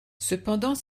cependant